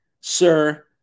sir